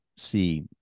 See